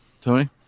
Tony